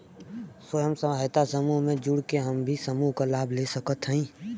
स्वयं सहायता समूह से जुड़ के हम भी समूह क लाभ ले सकत हई?